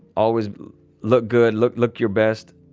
always look good, look look your best.